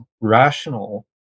rational